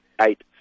Eight